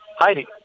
Heidi